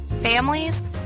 families